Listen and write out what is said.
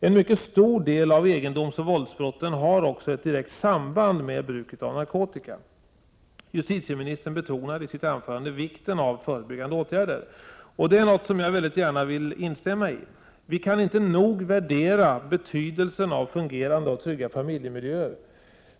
En mycket stor del av egendomsoch våldsbrotten har också ett direkt samband med bruket av narkotika. Justitieministern betonade i sitt anförande vikten av förebyggande åtgärder. Det är något som jag gärna vill instämma i. Vi kan inte nog värdera betydelsen av fungerande och trygga familjemiljöer.